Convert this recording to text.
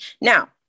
Now